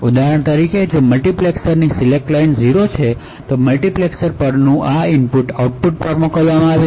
ઉદાહરણ તરીકે જો મલ્ટિપ્લેક્સર્સ સિલેક્ટ લાઇન 0 છે તો મલ્ટિપ્લેક્સર્સ પરનું આ ઇનપુટ આઉટપુટ પર મોકલવામાં આવે છે